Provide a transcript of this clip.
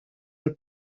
del